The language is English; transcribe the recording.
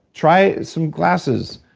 try some glasses,